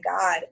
God